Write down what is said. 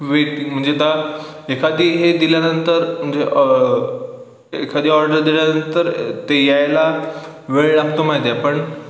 waiting म्हणजे त्या एखादी हे दिल्यानंतर म्हणजे एखादी ऑर्डर दिल्यानंतर ते यायला वेळ लागतो माहिती आहे पण